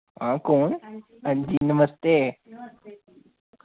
हां कौन हां जी नमस्ते